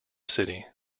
city